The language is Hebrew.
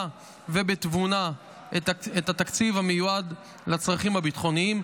ובתבונה את התקציב המיועד לצרכים הביטחוניים,